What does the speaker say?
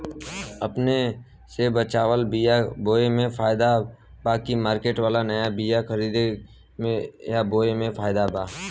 अपने से बचवाल बीया बोये मे फायदा बा की मार्केट वाला नया बीया खरीद के बोये मे फायदा बा?